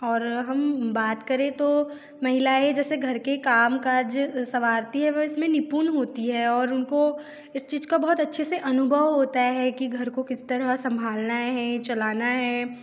और हम बात करें तो महिलाएँ जैसे घर के काम काज सवारती हैं वह इस में निपुण होती है और उनको इस चीज़ का बहुत अच्छे से अनुभव होता है कि घर को किस तरह संभालना है चलाना है